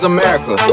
America